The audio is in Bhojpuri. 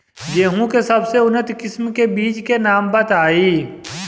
गेहूं के सबसे उन्नत किस्म के बिज के नाम बताई?